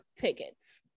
tickets